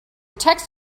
text